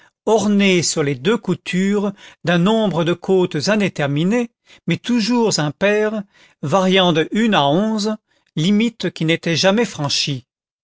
orné sur les deux coutures d'un nombre de côtes indéterminé mais toujours impair variant de une à onze limite qui n'était jamais franchie